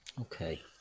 Okay